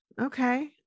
Okay